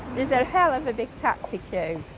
there's a hell of a big taxi queue,